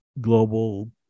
Global